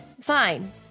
Fine